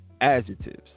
adjectives